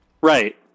right